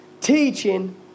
teaching